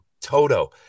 Toto